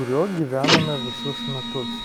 kuriuo gyvename visus metus